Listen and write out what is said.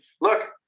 look